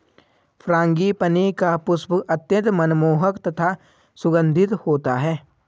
frangipani का पुष्प अत्यंत मनमोहक तथा सुगंधित होता है